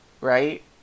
right